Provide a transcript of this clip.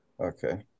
Okay